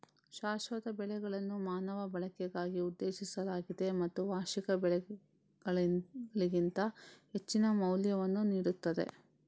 ಶಾಶ್ವತ ಬೆಳೆಗಳನ್ನು ಮಾನವ ಬಳಕೆಗಾಗಿ ಉದ್ದೇಶಿಸಲಾಗಿದೆ ಮತ್ತು ವಾರ್ಷಿಕ ಬೆಳೆಗಳಿಗಿಂತ ಹೆಚ್ಚಿನ ಮೌಲ್ಯವನ್ನು ನೀಡುತ್ತದೆ